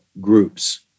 groups